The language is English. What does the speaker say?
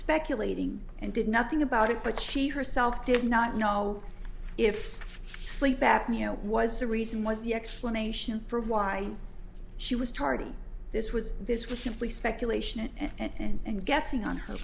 speculating and did nothing about it but she herself did not know if sleep apnea was the reason was the explanation for why she was tardy this was this was simply speculation and guessing on her